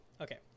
Okay